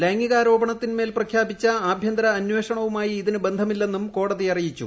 ലൈംഗികാരോപണത്തിന്മേൽ പ്രഖ്യാപിച്ച ആഭ്യന്തര അന്വേഷണവുമായി ഇതിന് ബന്ധമില്ലെന്നും കോടതി അറിയിച്ചു